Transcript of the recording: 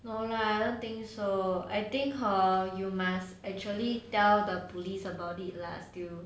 no lah I don't think so I think hor you must actually tell the police about it leh still